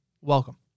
Welcome